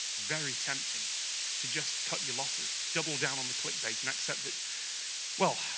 very tempting to just cut your losses. double down on the clickbait and accept that well,